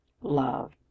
Love